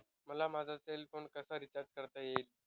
मला माझा cell phone कसा रिचार्ज करता येईल?